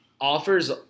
offers